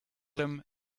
them